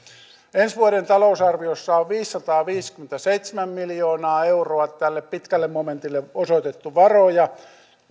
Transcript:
ensi vuoden talousarviossa on viisisataaviisikymmentäseitsemän miljoonaa euroa tälle pitkälle momentille osoitettu varoja